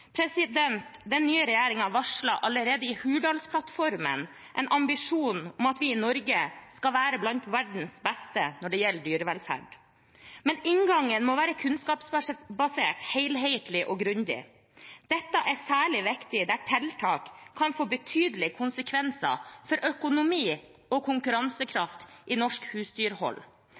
Den nye regjeringen varslet allerede i Hurdalsplattformen en ambisjon om at vi i Norge skal være blant verdens beste når det gjelder dyrevelferd, men inngangen må være kunnskapsbasert, helhetlig og grundig. Dette er særlig viktig der tiltak kan få betydelige konsekvenser for økonomi og konkurransekraft i norsk husdyrhold.